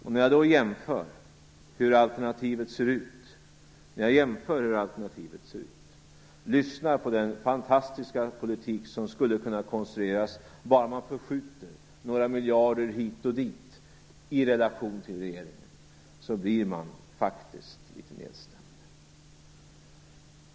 När jag jämför med alternativet, som detta ser ut, och lyssnar på den fantastiska politik som skulle kunna konstrueras bara man förskjuter några miljarder hit och dit i relation till regeringen, blir jag faktiskt litet nedstämd.